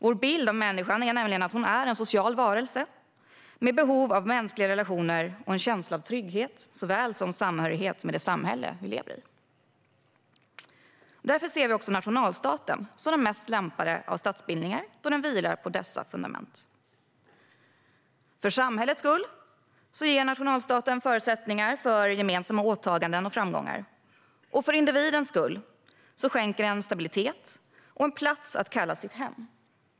Vår bild av människan är nämligen att hon är en social varelse med behov av mänskliga relationer och en känsla av trygghet såväl som samhörighet med det samhälle som vi lever i. Därför ser vi också nationalstaten som den mest lämpade av statsbildningar, då den vilar på dessa fundament. För samhällets skull ger nationalstaten förutsättningar för gemensamma åtaganden och framgångar. För individens skull skänker den stabilitet och en plats att kalla sitt hem.